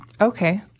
Okay